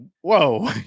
whoa